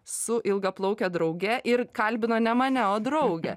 su ilgaplauke drauge ir kalbino ne mane o draugę